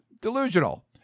Delusional